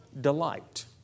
delight